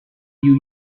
you